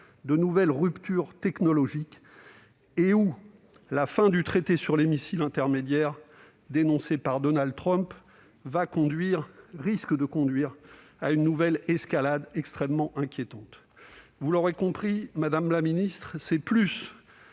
de nouvelles ruptures technologiques et où la fin du traité sur les forces nucléaires à portée intermédiaire, dénoncé par Donald Trump, risque de conduire à une nouvelle escalade extrêmement inquiétante. Vous l'aurez compris, madame la ministre, c'est plus